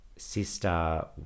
sister